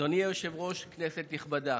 אדוני היושב-ראש, כנסת נכבדה,